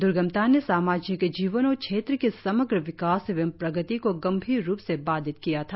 द्र्गमता ने सामाजिक जीवन और क्षेत्र की समग्र विकास एवं प्रगति को गंभीर रुप से बाधित किया था